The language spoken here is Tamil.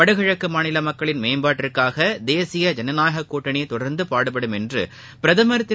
வடகிழக்கு மாநில மக்களின் மேம்பாட்டிற்காக தேசிய ஜனநாயக கூட்டணி தொடர்ந்து பாடுபடும் என்று பிரதமர் திரு